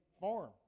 farm